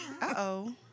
uh-oh